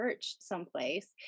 someplace